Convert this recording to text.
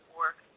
work